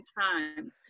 time